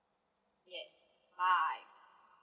yes bye